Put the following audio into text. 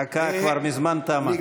דקה כבר מזמן תמה.